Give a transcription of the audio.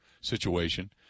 situation